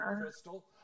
Crystal